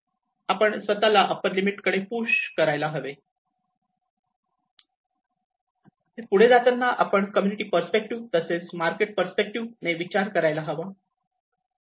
आपण स्वतःला upper limit कडे पुश करायला हवे हे पुढे जाताना आपण कम्युनिटी पर्स्पेक्टिव्ह तसेच मार्केट पर्स्पेक्टिव्ह ने विचार करायला हवा